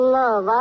love